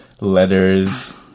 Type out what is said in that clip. letters